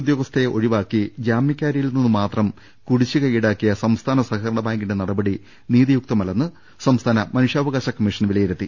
ഉദ്യോഗസ്ഥയെ ഒഴിവാക്കി ജാമൃക്കാരി യിൽനിന്ന് മാത്രം കുടിശ്ശിക ഈടാക്കിയ സംസ്ഥാന സഹകരണബാ ങ്കിന്റെ നടപടി നീതിയുക്തമല്ലെന്ന് സംസ്ഥാന മനുഷ്യാവകാശ കമ്മി ഷൻ വിലയിരുത്തി